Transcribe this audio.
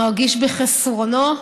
מרגיש בחסרונו.